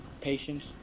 patience